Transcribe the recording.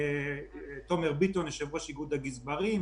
תומר ביטון יושב-ראש איגוד הגזברים,